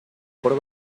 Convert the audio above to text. por